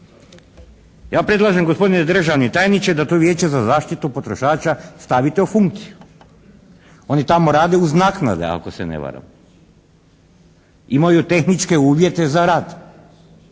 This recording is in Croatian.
Ja predlažem gospodine državni tajniče da to Vijeće za zaštitu potrošača stavite u funkciju. Oni tamo rade uz naknade ako se ne varam. Imaju tehničke uvjete za rad.